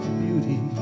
beauty